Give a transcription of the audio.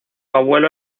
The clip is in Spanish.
abuelo